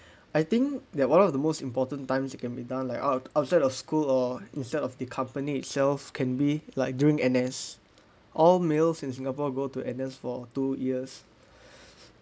I think that one of the most important times you can be done like out outside of school or instead of the company itself can be like during N_S all males in singapore go to N_S for two years